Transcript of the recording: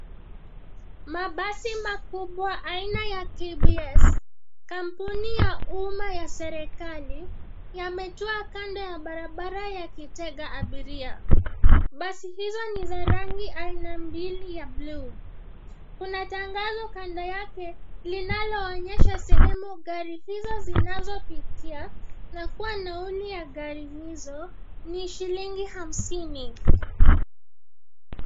Mabasi makubwa aina ya KBS, kampuni ya umma ya serikali, yametwaa kando ya barabara yakitega abiria, basi hizo ni za rangi aina mbili ya bluu, kuna tangazo kando yake, linaloonyesha sehemu gari hizo zinazopitia, na kuwa nauli ya gari hizo, ni shilingi hamsini.